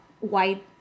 white